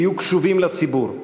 היו קשובים לציבור,